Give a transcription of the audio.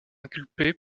inculpé